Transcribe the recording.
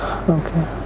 Okay